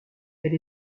elle